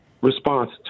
response